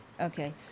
Okay